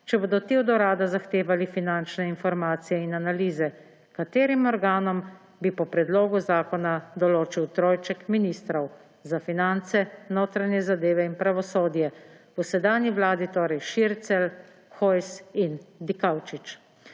če bodo ti od urada zahtevali finančne informacije in analize, katerim organom bi po predlogu zakona določil trojček ministrov za finance, notranje zadeve in pravosodje. V sedanji vladi torej Šircelj, Hojs in Dikaučič.